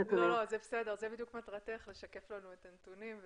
זו בדיוק מטרתך, לשקף לנו את הנתונים.